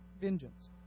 vengeance